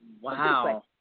Wow